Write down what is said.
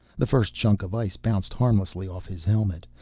the first chunk of ice bounced harmlessly off his helmet,